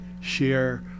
share